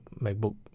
MacBook